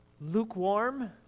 lukewarm